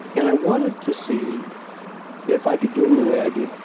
and i wanted to see if i could do them the way i did.